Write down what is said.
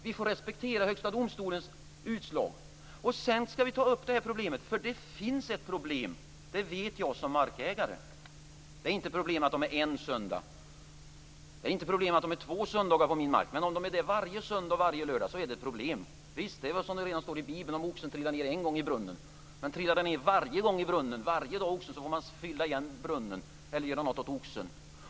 Vi får respektera Högsta domstolens utslag. Det finns ett problem. Det vet jag - som markägare. Det är inte något problem att de är på min mark en söndag. Det är inte något problem att de är på min mark två söndagar. Men om de är där varje lördag och söndag är det ett problem. Det är som det står i Men om oxen trillar ned varje dag i brunnen får man fylla igen brunnen eller göra något åt oxen.